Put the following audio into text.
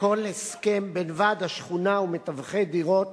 כל הסכם בין ועד השכונה ומתווכי דירות